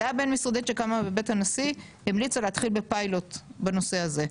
הוועדה הבין משרדית שקמה בבית הנשיא המליצה להתחיל בפיילוט בנושא הזה.